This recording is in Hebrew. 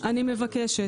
אני מבקשת,